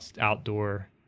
outdoor